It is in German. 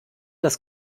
das